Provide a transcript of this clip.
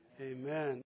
Amen